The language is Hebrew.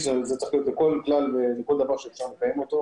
צריך להיות בכל כלל ובכל דבר שאפשר לקיים אותו.